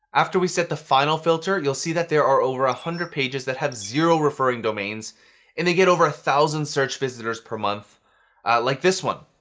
after we set the final filter, you'll see that there are over a hundred pages that have zero referring domains and they get over a thousand search visitors per month like this one.